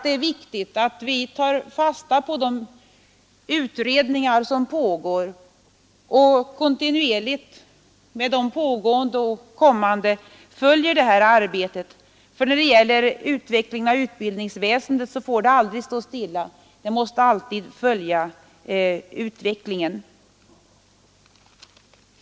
Det är viktigt att vi tar fasta på de utredningar som pågår och kontinuerligt med de pågående och kommande utredningarna följer det här arbetet — utvecklingen av utbildningsväsendet får aldrig stå stilla, utan den måste alltid följa utvecklingen i övrigt.